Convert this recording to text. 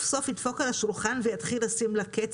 סוף ידפוק על השולחן ויתחיל לשים לה קץ,